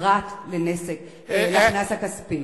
פרט לקנס הכספי,